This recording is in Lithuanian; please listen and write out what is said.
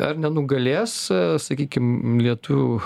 ar nenugalės sakykim lietuvių